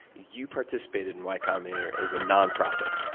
you participated in y combinator as a nonprofit,